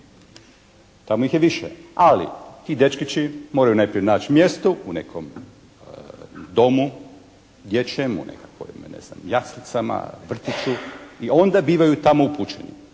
tamo ih je više ali ti dečkići moraju najprije naći mjesto u nekom domu dječjem, u nekakvim ne znam jaslicama, vrtiću i onda bivaju tamo upućeni.